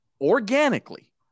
organically